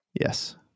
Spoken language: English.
Yes